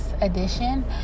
Edition